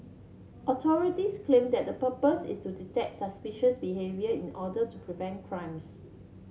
authorities claim that the purpose is to detect suspicious behaviour in order to prevent crimes